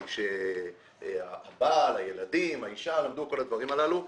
מי שהבעל, הילדים, האישה למדו וכל הדברים הללו.